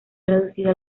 traducida